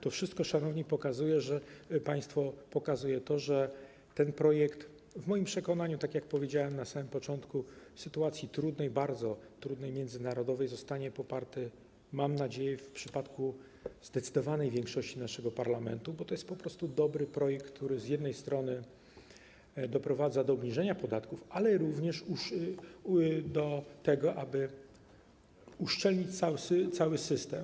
To wszystko, szanowni państwo, pokazuje, że ten projekt w moim przekonaniu, tak jak powiedziałem na samym początku, w bardzo trudnej sytuacji międzynarodowej zostanie poparty, mam nadzieję, przez zdecydowaną większość naszego parlamentu, bo to jest po prostu dobry projekt, który z jednej strony doprowadza do obniżenia podatków, ale również do tego, aby uszczelnić cały system.